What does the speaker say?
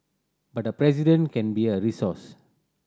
but the President can be a resource